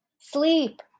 Sleep